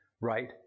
right